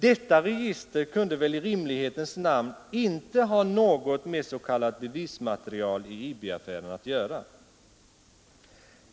Detta register kunde i rimlighetens namn inte ha något med s.k. bevismaterial i IB-affären att göra.